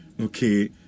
Okay